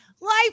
Life